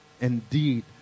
Indeed